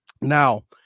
Now